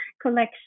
collection